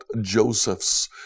Joseph's